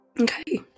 Okay